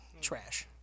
Trash